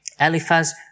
Eliphaz